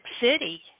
City